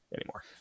anymore